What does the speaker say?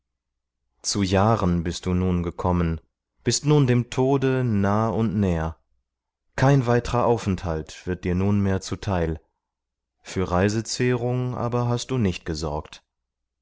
zu jahren bist du nun gekommen bist nun dem tode nah und näher kein weitrer aufenthalt wird dir nunmehr zuteil für reisezehrung aber hast du nicht gesorgt